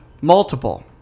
Multiple